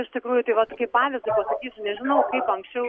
iš tikrųjų tai vat kaip pavyzdį pasakysiu nežinau kaip anksčiau